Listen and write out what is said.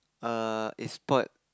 err is spoilt